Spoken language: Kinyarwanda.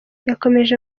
yakomeje